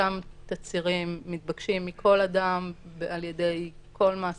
אותם תצהירים מתבקשים מכל אדם ועל ידי כל מעסיק,